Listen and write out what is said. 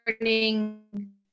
learning